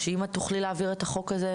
שאם את תוכלי להעביר את החוק הזה,